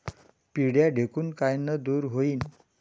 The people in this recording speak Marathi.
पिढ्या ढेकूण कायनं दूर होईन?